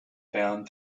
found